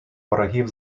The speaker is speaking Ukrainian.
ворогів